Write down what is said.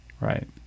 Right